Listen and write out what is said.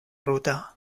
ruta